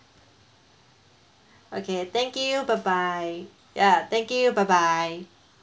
okay thank you bye bye yeah thank you bye bye